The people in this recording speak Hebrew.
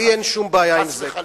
לי אין שום בעיה עם זה.